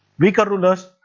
weaker rulers.